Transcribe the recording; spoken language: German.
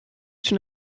schon